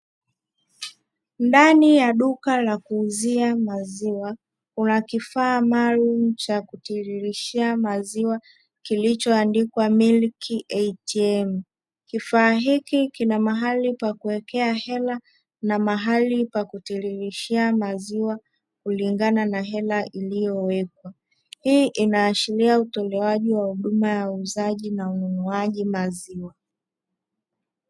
Ndani ya duka la kuuzia maziwa kuna kifaa maalumu cha kutiririshia maziwa kilichoandikwa "Milk ATM". Kifaa hiki kina mahali pa kuwekea hela na mahali pa kutiririshia maziwa kulingana na hela iliyowekwa. Hii inaashiria utolewaji wa huduma ya uuzaji na ununuaji maziwa.